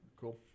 Cool